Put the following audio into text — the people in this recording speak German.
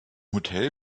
hotel